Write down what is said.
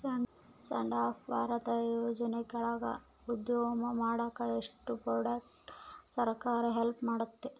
stand up ಭಾರತದ ಯೋಜನೆ ಕೆಳಾಗ ಉದ್ಯಮ ಮಾಡಾಕ ಇಷ್ಟ ಪಡೋರ್ಗೆ ಸರ್ಕಾರ ಹೆಲ್ಪ್ ಮಾಡ್ತತೆ